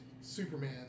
Superman